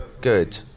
good